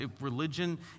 religion